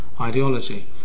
ideology